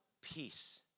peace